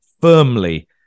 firmly